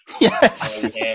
Yes